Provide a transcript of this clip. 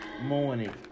morning